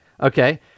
okay